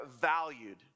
valued